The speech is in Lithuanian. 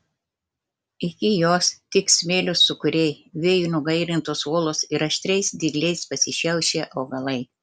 iki jos tik smėlio sūkuriai vėjo nugairintos uolos ir aštriais dygliais pasišiaušę augalai